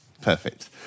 Perfect